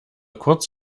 kurz